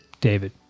David